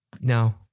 no